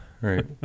Right